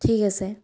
ঠিক আছে